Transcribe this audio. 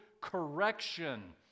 correction